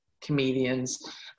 comedians